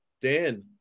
Dan